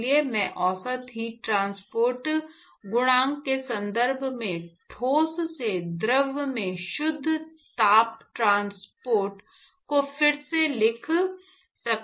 इसलिए मैं औसत हीट ट्रांसपोर्ट गुणांक के संदर्भ में ठोस से द्रव में शुद्ध ताप ट्रांसपोर्ट को फिर से लिख सकता हूं